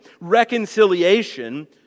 reconciliation